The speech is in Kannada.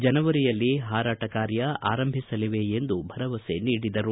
ಜನೆವರಿಯಲ್ಲಿ ಹಾರಾಟ ಕಾರ್ಯ ಆರಂಭಿಸಲಿವೆ ಎಂದು ಭರವಸೆ ನೀಡಿದರು